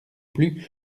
plus